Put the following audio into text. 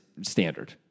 standard